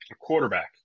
quarterback